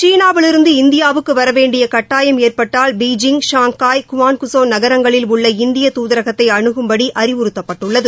சீனாவிலிருந்து இந்தியாவுக்கு வரவேண்டிய கட்டாயம் ஏற்பட்டால் பெய்ஜிய் ஷாங்காய் குவான்குசோ நகரங்களில் உள்ள இந்தியத் தூதரகத்தை அனுகும்படி அறிவுறுத்தப்பட்டுள்ளது